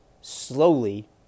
slowly